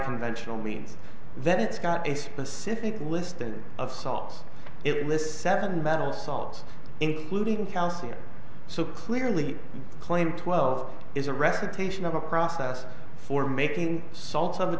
conventional means that it's got a specific listing of salts it lists seven battle salts including calcium so clearly claim twelve is a recitation of a process for making salts of the